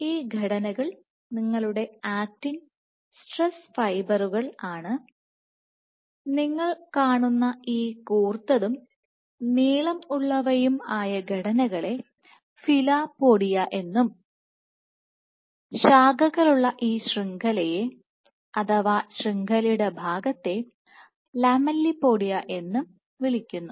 ഈ ഘടനകൾ നിങ്ങളുടെ ആക്റ്റിൻ സ്ട്രെസ് ഫൈബറുകൾ Actin stress fibresആണ് നിങ്ങൾ കാണുന്ന ഈ കൂർത്തതും നീളം ഉള്ളവയും ആയ ഘടനകളെ ഫിലോപോഡിയ എന്നും ശാഖകളുള്ള ഈ ശൃംഖലയെ അഥവാ ശൃംഖലയുടെ ഭാഗത്തെ ലാമെല്ലിപോഡിയ എന്നും വിളിക്കുന്നു